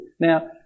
Now